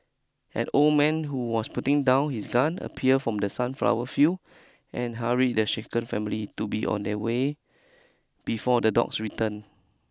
an old man who was putting down his gun appear from the sunflower field and hurry the shaken family to be on their way before the dogs return